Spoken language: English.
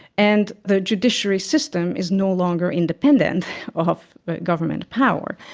and the judiciary system is no longer independent of government power.